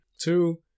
Two